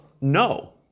No